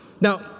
Now